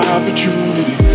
Opportunity